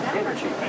energy